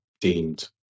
deemed